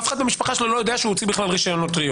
אף אחד במשפחה שלו לא יודע שהוא הוציא בכלל רישיון נוטריון.